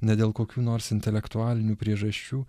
ne dėl kokių nors intelektualinių priežasčių